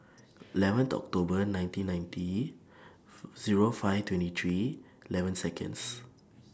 eleven October nineteen ninety Zero five twenty three eleven Seconds